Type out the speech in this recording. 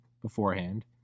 beforehand